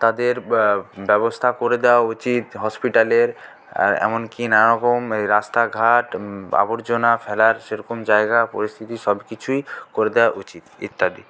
তাদের ব্যবস্থা করে দেওয়া উচিত হসপিটালের এমনকি নানারকম রাস্তাঘাট আবর্জনা ফেলার সেরকম জায়গা পরিস্থিতি সবকিছুই করে দেওয়া উচিত ইত্যাদি